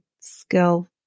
skill